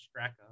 Straka